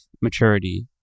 maturity